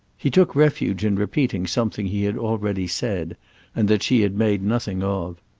he took refuge in repeating something he had already said and that she had made nothing of.